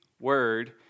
word